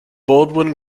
baldwin